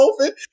open